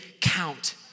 count